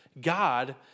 God